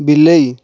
ବିଲେଇ